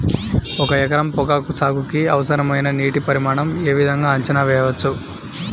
ఒక ఎకరం పొగాకు సాగుకి అవసరమైన నీటి పరిమాణం యే విధంగా అంచనా వేయవచ్చు?